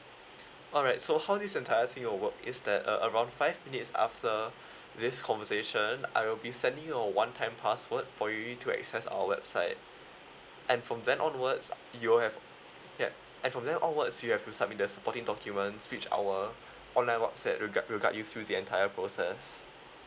alright so how this entire thing will work is that uh around five minutes after this conversation I'll be sending you a one time password for you to access our website and from then onwards you all have that and from there onwards you have to submit the supporting documents which our online website will guide will guide you through the entire process